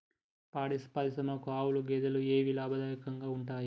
పాడి పరిశ్రమకు ఆవుల, గేదెల ఏవి లాభదాయకంగా ఉంటయ్?